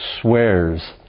swears